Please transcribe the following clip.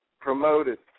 promoted